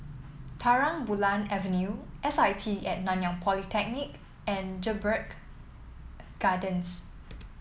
Terang Bulan Avenue S I T and Nanyang Polytechnic and Jedburgh Gardens